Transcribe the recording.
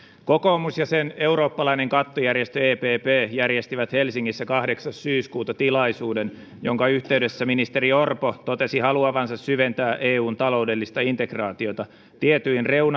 kokoomus ja sen eurooppalainen kattojärjestö epp järjestivät helsingissä kahdeksas syyskuuta tilaisuuden jonka yhteydessä ministeri orpo totesi haluavansa syventää eun taloudellista integraatiota tietyin reunaehdoin ja